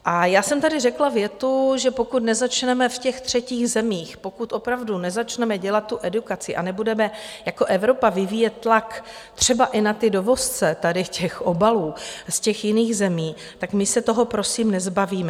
A já jsem tady řekla větu, že pokud nezačneme v třetích zemích, pokud opravdu nezačneme dělat edukaci a nebudeme jako Evropa vyvíjet tlak třeba i na dovozce tady těch obalů z těch jiných zemí, tak se toho prosím nezbavíme.